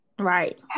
Right